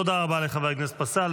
תודה רבה לחבר הכנסת פסל.